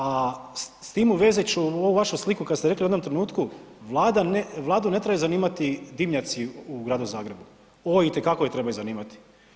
A s tim u vezi ću ovu vašu sliku kada ste rekli u jednom trenutku, vladu ne trebaju zanimati dimnjaci u gradu Zagrebu, o itekako ju treba zanimati.